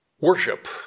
worship